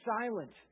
silent